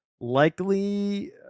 likely